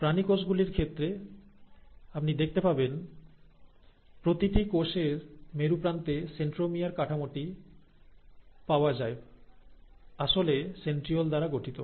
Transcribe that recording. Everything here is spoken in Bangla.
প্রাণী কোষ গুলির ক্ষেত্রে আপনি দেখবেন প্রতিটি কোষের মেরু প্রান্তে সেন্ট্রোমিয়ার কাঠামোটি পাওয়া যায় আসলে সেন্ট্রিওল দ্বারা গঠিত